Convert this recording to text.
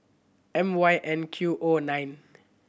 M Y N Q O nine